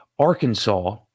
Arkansas